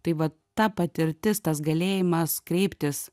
tai vat ta patirtis tas galėjimas kreiptis